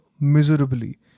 miserably